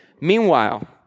Meanwhile